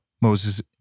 Moses